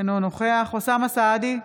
אינו נוכח אוסאמה סעדי,